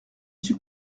suis